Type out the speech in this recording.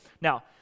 Now